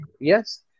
yes